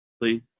please